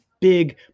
big